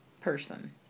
person